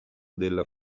della